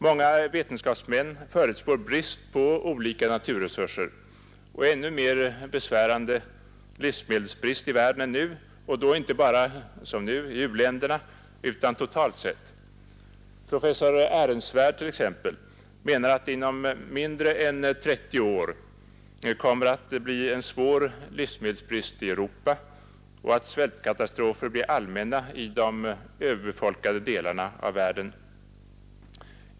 Många vetenskapsmän förutspår brist på olika naturresurser och ännu mer besvärande livsmedelsbrist i världen än i dag, inte bara som nu i u-länderna utan totalt sett. Professor Ehrensvärd menar t.ex. att inom mindre än 30 år kommer det att bli stor brist på livsmedel i Europa och att svältkatastrofer blir allmänna i de överbefolkade delarna i världen.